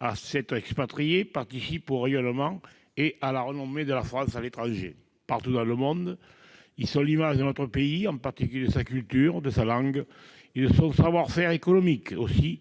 à l'expatriation, participent au rayonnement et à la renommée de la France à l'étranger. Partout dans le monde, ils sont l'image de notre pays, en particulier de sa culture, de sa langue et de son savoir-faire économique. Aussi,